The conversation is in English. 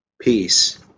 peace